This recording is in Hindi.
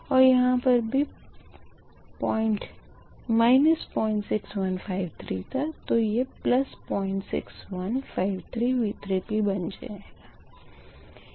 और यहाँ पर भी −06153 था तो ये 06153V3 बन गया है